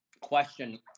question